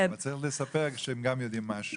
צריך לספר שהם גם יודעים משהו.